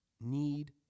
need